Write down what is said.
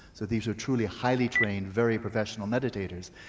so these were truly, highly trained, very professional meditators.